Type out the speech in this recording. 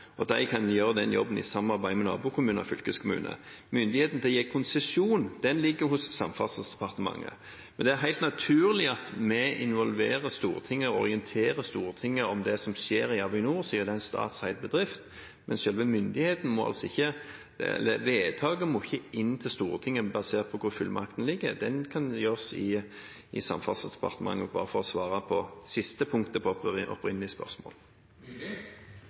De kan gjøre den jobben i samarbeid med nabokommuner og fylkeskommune. Myndigheten til å gi konsesjon ligger hos Samferdselsdepartementet. Men det er helt naturlig at vi involverer Stortinget og orienterer Stortinget om det som skjer i Avinor, siden det er en statseid bedrift, men selve vedtaket må ikke gjøres i Stortinget – basert på hvor fullmakten ligger. Det kan gjøres i Samferdselsdepartementet – bare for å svare på siste punktet i det opprinnelige